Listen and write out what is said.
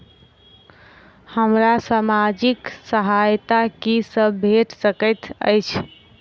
हमरा सामाजिक सहायता की सब भेट सकैत अछि?